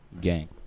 gang